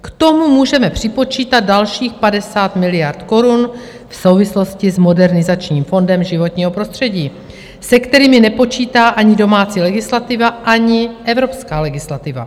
K tomu můžeme připočítat dalších 50 miliard korun v souvislosti s Modernizačním fondem životního prostředí, se kterými nepočítá ani domácí legislativa, ani evropská legislativa.